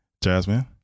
Jasmine